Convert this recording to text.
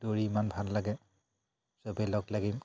দৌৰি ইমান ভাল লাগে চবেই লগ লাগিম